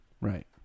Right